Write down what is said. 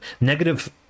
negative